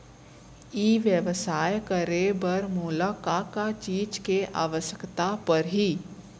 ई व्यवसाय करे बर मोला का का चीज के आवश्यकता परही?